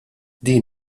din